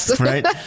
Right